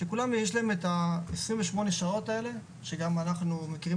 - שלכולן יש את ה-28 שעות האלה שאנחנו גם מכירים